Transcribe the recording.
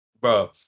bro